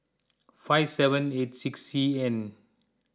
five seven eight six C N